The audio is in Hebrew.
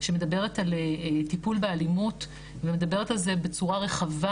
שמדברת על טיפול באלימות ומדברת על זה בצורה רחבה